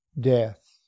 death